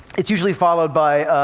it's usually followed by,